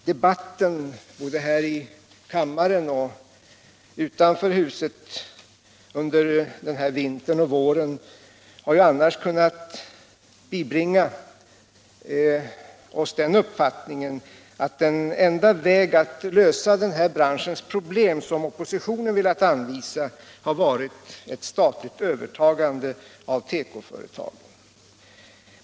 Debatten både i kammaren och utanför detta hus under den här vintern och våren har annars kunnat ge uppfattningen att den enda väg att lösa branschens problem som oppositionen velat anvisa har varit ett statligt övertagande av tekoföretagen.